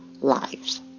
lives